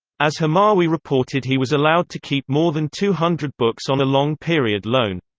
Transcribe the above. as hamawi reported he was allowed to keep more than two hundred books on a long period loan.